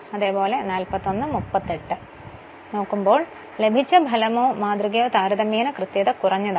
അതിനാൽ ലഭിച്ച ഫലമോ ഈ മാതൃകയോ താരതമ്യേന കൃത്യത കുറഞ്ഞതാണ്